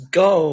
go